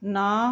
ਨਾ